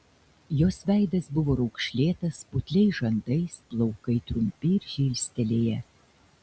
jos veidas buvo raukšlėtas putliais žandais plaukai trumpi ir žilstelėję